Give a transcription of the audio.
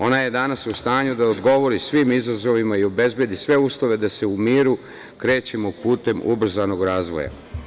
Ona je danas u stanju da odgovori svim izazovima i obezbedi sve uslove da se u miru krećemo putem ubrzanog razvoja.